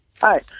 Hi